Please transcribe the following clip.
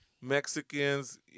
Mexicans